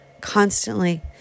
Constantly